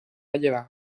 llevar